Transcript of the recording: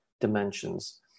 dimensions